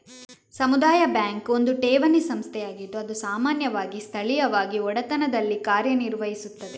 ಸಮುದಾಯ ಬ್ಯಾಂಕ್ ಒಂದು ಠೇವಣಿ ಸಂಸ್ಥೆಯಾಗಿದ್ದು ಅದು ಸಾಮಾನ್ಯವಾಗಿ ಸ್ಥಳೀಯವಾಗಿ ಒಡೆತನದಲ್ಲಿ ಕಾರ್ಯ ನಿರ್ವಹಿಸುತ್ತದೆ